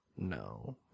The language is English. No